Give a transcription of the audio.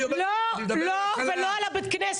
אני מדבר על הכלה.